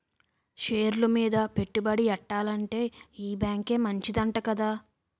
షేర్లు మీద పెట్టుబడి ఎట్టాలంటే ఈ బేంకే మంచిదంట కదా